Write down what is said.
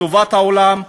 לטובת העולם,